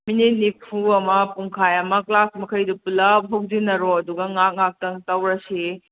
minute ꯅꯤꯐꯨ ꯑꯃ ꯄꯨꯡꯈꯥꯏ ꯑꯃ ꯀ꯭ꯂꯥꯁ ꯃꯈꯩꯗꯣ ꯄꯨꯂꯞ ꯄꯨꯟꯁꯟꯅꯔꯣ ꯑꯗꯨꯒ ꯉꯥꯏꯍꯥꯛ ꯉꯥꯏꯍꯥꯛꯇꯪ ꯇꯧꯔꯁꯦ